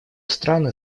страны